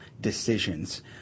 decisions